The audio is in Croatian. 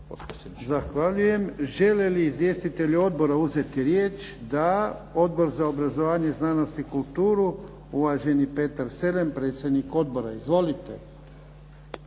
Zahvaljujem. Žele li izvjestitelji odbora uzeti riječ? Da. Odbor za obrazovanje, znanost i kulturu, uvaženi Petar Selem, predsjednik odbora. Izvolite.